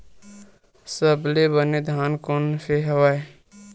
सबले बने धान कोन से हवय?